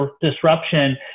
disruption